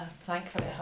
thankfully